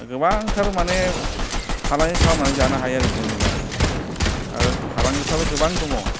गोबांथार माने फालांगि खालामनानै जानो हायो आरो जोंनि गामियाव आरो फालांगिफ्राबो गोबां दङ